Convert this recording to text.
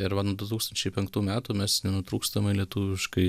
ir va nuo du tūkstančiai penktų metų mes nenutrūkstamai lietuviškai